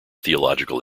theological